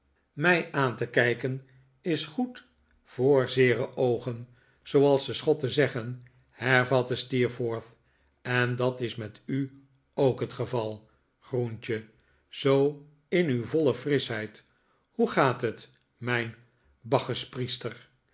mij aan te kijken is goed voor zeere oogen zooals de schotten zeggen hervatte steerforth en dat is met u ook het geval groentje zoo in uw voile frischheid hoe gaat het mijn